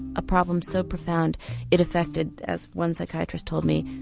a problem so profound it affected, as one psychiatrist told me,